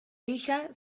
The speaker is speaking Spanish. hija